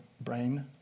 brain